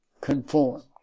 conformed